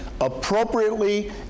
appropriately